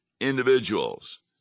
individuals